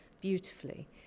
beautifully